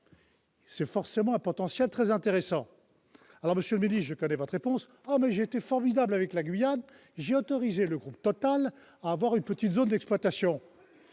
donc forcément un potentiel très intéressant. Alors, monsieur le ministre d'État, je connais votre réponse :« J'ai été formidable avec la Guyane, j'ai autorisé le groupe Total à avoir une petite zone d'exploitation. »